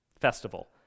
festival